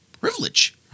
privilege